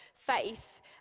faith